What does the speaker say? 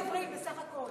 לא, את לא בסדר.